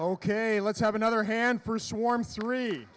ok let's have another hand first swarms three